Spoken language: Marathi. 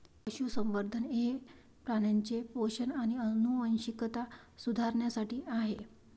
पशुसंवर्धन हे प्राण्यांचे पोषण आणि आनुवंशिकता सुधारण्यासाठी आहे